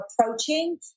approaching